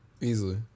Easily